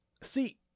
See